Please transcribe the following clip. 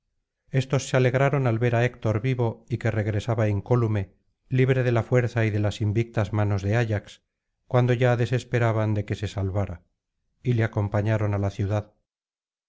éstos se alegraron al ver á héctor vivo y que regresaba incólume libre de la fuerza y de las invictas manos de ayax cuando ya desesperaban de que se salvara y le acompañaron á la ciudad